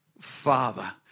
Father